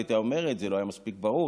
היא הייתה אומרת: זה לא היה מספיק ברור.